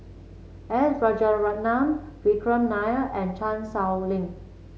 S Rajaratnam Vikram Nair and Chan Sow Lin